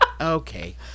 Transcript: Okay